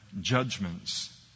judgments